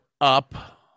up